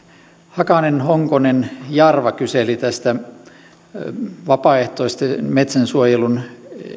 hakanen honkonen ja jarva kyselivät vapaaehtoisen metsänsuojelun